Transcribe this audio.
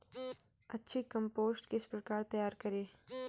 अच्छी कम्पोस्ट किस प्रकार तैयार करें?